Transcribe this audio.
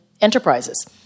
enterprises